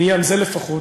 בעניין זה לפחות,